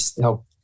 help